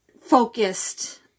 focused